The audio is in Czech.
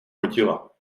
hodila